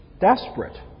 desperate